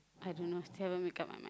I dunno still haven't make up my mind